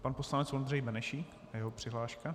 Pan poslanec Ondřej Benešík a jeho přihláška.